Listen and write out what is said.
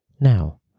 Now